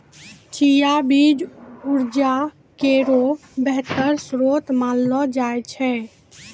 चिया बीज उर्जा केरो बेहतर श्रोत मानलो जाय छै